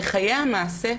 בחיי המעשה,